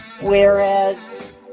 whereas